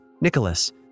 Nicholas